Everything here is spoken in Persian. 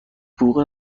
بوق